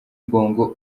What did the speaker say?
bongo